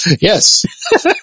Yes